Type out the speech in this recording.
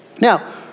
Now